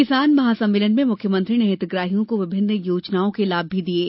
किसान महासम्मेलन में मुख्यमंत्री ने हितग्राहियों को विभिन्न योजनाओं के लाभ दिये